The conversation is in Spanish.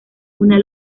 una